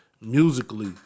musically